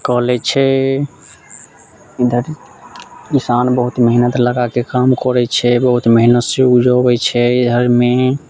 कऽ लै छै इधर किसान बहुत मेहनत लगाके काम करैत छै बहुत मेहनत से उपजबैत छै इधरमे